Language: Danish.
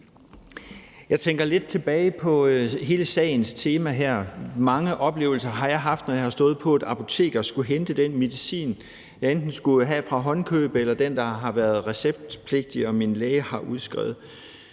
Jeg tænker lidt tilbage på hele sagens tema her. Jeg har haft mange oplevelser, når jeg har stået på et apotek og skullet hente den medicin, jeg enten skulle have fra håndkøb, eller den, der har været receptpligtig, og som min læge har udskrevet.